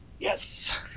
yes